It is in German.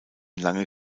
lange